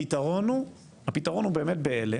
הפתרון הוא, הפתרון הוא באמת באלה,